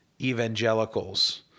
evangelicals